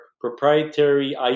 proprietary